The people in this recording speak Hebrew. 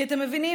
כי אתם מבינים,